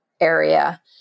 area